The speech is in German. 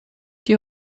die